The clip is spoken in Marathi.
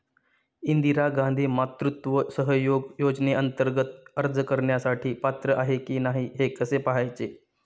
इंदिरा गांधी मातृत्व सहयोग योजनेअंतर्गत अर्ज करण्यासाठी पात्र आहे की नाही हे कसे पाहायचे?